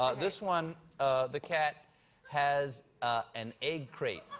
ah this one the cat has an egg crate.